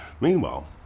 Meanwhile